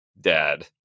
dad